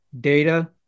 data